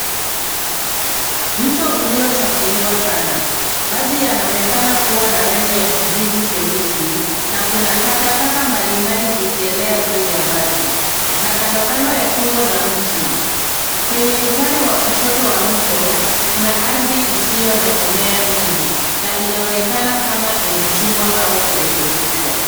Mto uliochafuliwa sana. Maji yanaonekana kuwa na rangi ya kijivu cheusi na kuna takataka mbalimbali zikielea juu ya maji na kando kando za kingo za mti. Kwenye upande wa kushoto wa mto, kuna ardhi isiyo na mimea mingi na inaonekana kama imechimbwa au kurekebishwa.